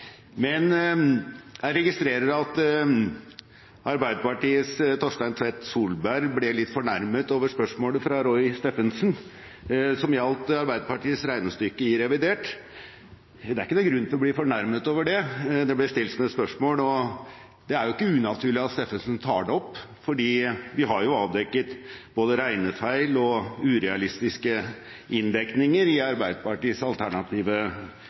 men det var det nest siste innlegget, så jeg skal la det ligge. Jeg registrerer at Arbeiderpartiets Torstein Tvedt Solberg ble litt fornærmet over spørsmålet fra Roy Steffensen som gjaldt Arbeiderpartiets regnestykke i revidert. Det er ikke noen grunn til å bli fornærmet over det. Det ble stilt som et spørsmål, og det er ikke unaturlig at Steffensen tar det opp, for vi har jo avdekket både regnefeil og urealistiske inndekninger i